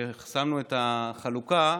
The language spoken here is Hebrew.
כששמנו את החלוקה,